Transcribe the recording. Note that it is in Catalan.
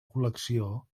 col·lecció